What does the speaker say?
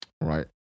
Right